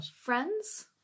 friends